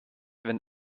wenn